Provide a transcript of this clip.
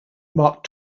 mark